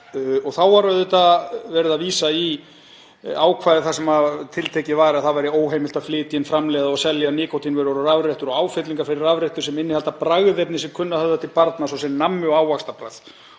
Þá var verið að vísa í ákvæði þar sem tiltekið var að það væri óheimilt að flytja inn, framleiða og selja nikótínvörur og rafrettur og áfyllingar fyrir rafrettur sem innihalda bragðefni sem kunna að höfða til barna, svo sem nammi- og ávaxtabragð.